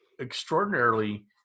extraordinarily